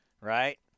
right